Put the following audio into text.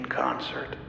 concert